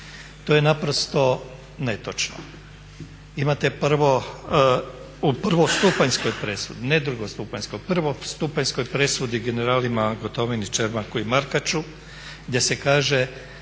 To je naprosto netočno. Imate prvo, u prvostupanjskoj presudi, ne drugostupanjskoj, prvostupanjskoj presudi generalima Gotovini, Čermaku i Markaču gdje se kaže